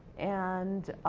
and,